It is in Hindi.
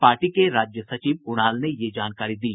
पार्टी के राज्य सचिव कुणाल ने ये जानकारी दी